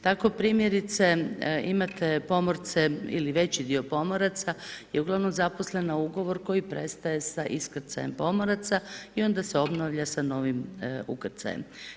Tako primjerice imate pomorce ili veći dio pomoraca je uglavnom zaposlen na ugovor koji prestaje sa iskrcajem pomoraca i onda se obnavlja sa novim ukrcajem.